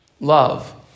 love